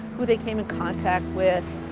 who they came in contact with,